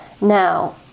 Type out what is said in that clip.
Now